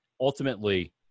ultimately